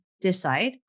decide